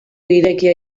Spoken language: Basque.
irekia